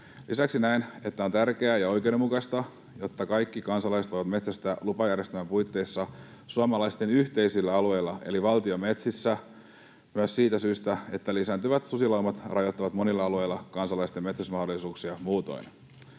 Lisäksi näen, että on tärkeää ja oikeudenmukaista, että kaikki kansalaiset voivat metsästää lupajärjestelmän puitteissa suomalaisten yhteisillä alueilla, eli valtion metsissä, myös siitä syystä, että lisääntyvät susilaumat rajoittavat monilla alueilla kansalaisten metsästysmahdollisuuksia muutoin.